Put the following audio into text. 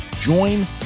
Join